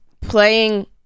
playing